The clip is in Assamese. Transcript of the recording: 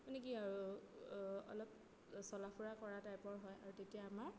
মানে কি আৰু অলপ চলা ফুৰা কৰা টাইপৰ হয় আৰু তেতিয়া আমাৰ